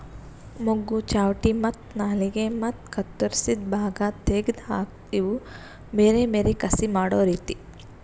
ಮೊಗ್ಗು, ಚಾವಟಿ ಮತ್ತ ನಾಲಿಗೆ ಮತ್ತ ಕತ್ತುರಸಿದ್ ಭಾಗ ತೆಗೆದ್ ಹಾಕದ್ ಇವು ಬೇರೆ ಬೇರೆ ಕಸಿ ಮಾಡೋ ರೀತಿ